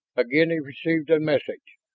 again he received a message.